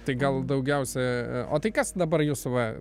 tai gal daugiausia o tai kas dabar jūs va